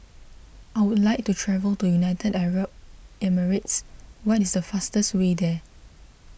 I would like to travel to United Arab Emirates what is the fastest way there